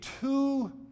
two